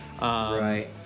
right